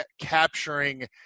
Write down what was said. capturing